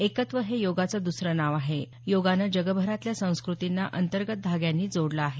एकत्व हे योगाचं दुसरं नाव आहे योगानं जगभरातल्या संस्कृतींना अंतर्गत धाग्यांनी जोडलं आहे